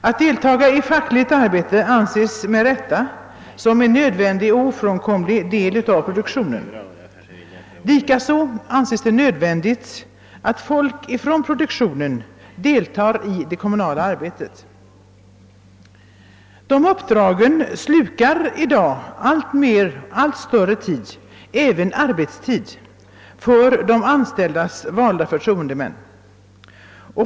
Att delta i fackligt arbete anses med rätta som en nödvändig och ofrånkomlig del av produktionen. Likaså anses det nödvändigt att folk från produktionen deltar i det kommunala arbetet. Dessa uppdrag slukar i dag alltmer tid — även arbetstid — för de anställdas valda förtroendemän.